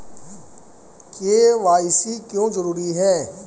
KYC क्यों जरूरी है?